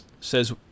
Says